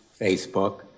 Facebook